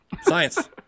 Science